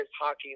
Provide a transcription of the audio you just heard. hockey